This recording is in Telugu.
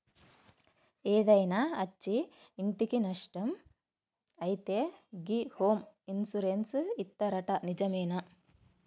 ఏదైనా అచ్చి ఇంటికి నట్టం అయితే గి హోమ్ ఇన్సూరెన్స్ ఇత్తరట నిజమేనా